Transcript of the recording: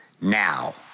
now